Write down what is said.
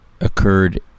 occurred